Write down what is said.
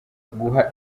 guha